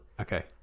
Okay